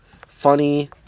funny